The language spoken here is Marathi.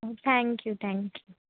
thank you thank you